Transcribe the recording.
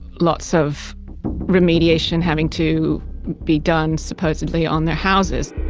lots of remediation having to be done supposedly on their houses.